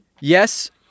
Yes